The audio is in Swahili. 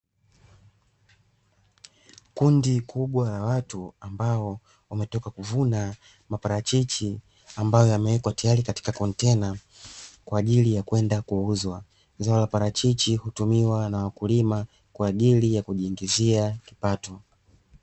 Kundi kubwa la watu ambao wametoka kuvuna maparachichi ambayo yamewekwa tayari katika kontena kwa ajili ya kwenda kuuzwa. Zao la parachichi hutumiwa na wakulima kwa ajili ya kujiingizia kipato.